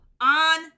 on